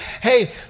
hey